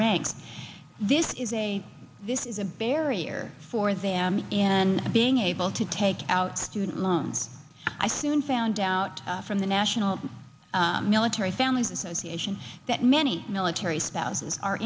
rank this is a this is a barrier for them and being able to take out student loans i soon found out from the national military families association that many military spouses are